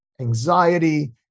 anxiety